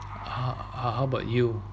err uh how about you